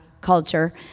culture